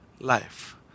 life